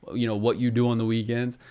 you know, what you do on the weekends.